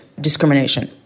discrimination